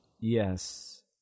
Yes